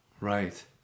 Right